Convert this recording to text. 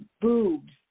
boobs